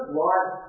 life